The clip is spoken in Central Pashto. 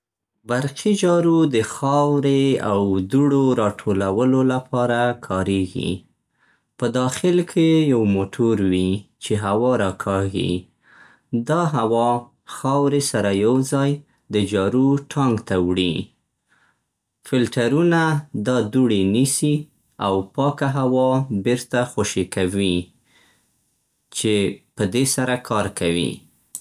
برقي جارو د خاورې او دوړو راټولولو لپاره کارېږي. په داخل کې یې یو موټور وي چې هوا راکاږي. دا هوا خاورې سره یو ځای د جارو ټانک ته وړي. فلټرونه دا دوړې نیسي او پاکه هوا بېرته خوشې کوي چې په دې سره کار کوي.